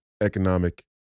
economic